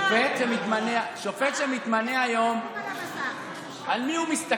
שופט שמתמנה היום, לא כתוב זמן על המסך.